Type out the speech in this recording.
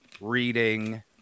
reading